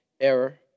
error